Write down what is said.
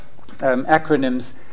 acronyms